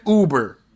Uber